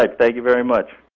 like thank you very much.